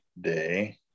day